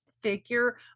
figure